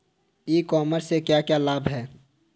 ई commerce से क्या क्या लाभ हैं?